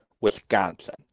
Wisconsin